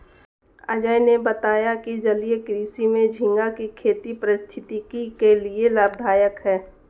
अजय ने बताया कि जलीय कृषि में झींगा की खेती पारिस्थितिकी के लिए लाभदायक है